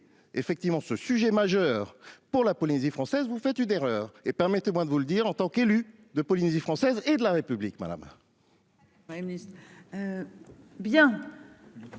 à régler ce sujet majeur pour la Polynésie française, vous faites une erreur. Permettez-moi de vous le dire en tant qu'élu de la Polynésie française et de la République.